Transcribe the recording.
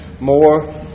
more